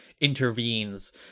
intervenes